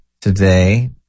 today